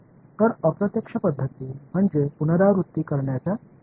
तर अप्रत्यक्ष पद्धती म्हणजे पुनरावृत्ती करण्याच्या पद्धती